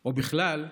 או בכלל,